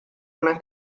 una